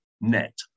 net